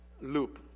loop